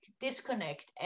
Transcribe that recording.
disconnect